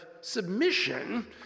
submission